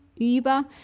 über